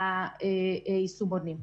ביחס ליישומונים.